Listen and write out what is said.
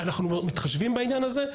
אנחנו מתחשבים בעניין הזה.